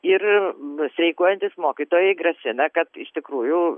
ir nu streikuojantys mokytojai grasina kad iš tikrųjų